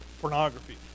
pornography